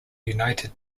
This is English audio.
united